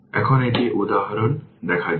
এখন একটি উদাহরণ দেওয়া যাক